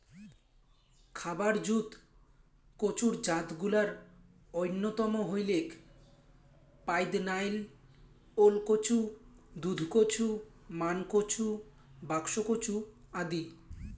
খাবার জুত কচুর জাতগুলার অইন্যতম হইলেক পাইদনাইল, ওলকচু, দুধকচু, মানকচু, বাক্সকচু আদি